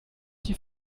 die